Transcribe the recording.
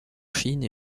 chine